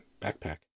backpack